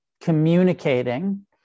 communicating